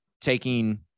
taking